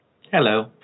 Hello